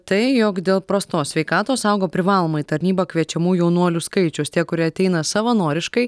tai jog dėl prastos sveikatos augo privalomąją tarnybą kviečiamų jaunuolių skaičius tie kurie ateina savanoriškai